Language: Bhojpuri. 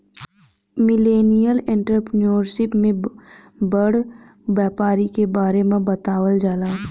मिलेनियल एंटरप्रेन्योरशिप में बड़ व्यापारी के बारे में बतावल जाला